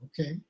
Okay